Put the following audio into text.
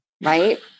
right